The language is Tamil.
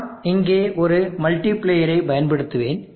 நான் இங்கே ஒரு மல்டிப்ளேயரை பயன்படுத்துகிறேன்